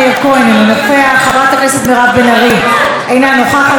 אינו נוכח, חברת הכנסת מירב בן ארי, אינה נוכחת.